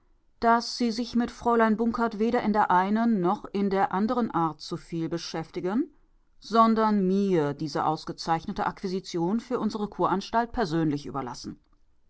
daß sie sich mit fräulein bunkert weder in der einen noch in der anderen art zuviel beschäftigen sondern mir diese ausgezeichnete akquisition für unsere kuranstalt persönlich überlassen